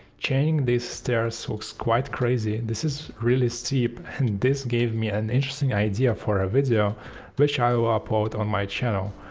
chaining these stairs looks quite crazy, this is really steep and this gave me an interesting idea for a video which i will upload on my channel.